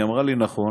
היא אמרה לי: נכון,